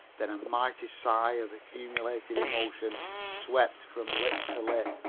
then a mighty sigh of accumulated emotion swept from lip to lip,